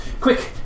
Quick